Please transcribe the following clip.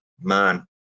man